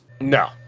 No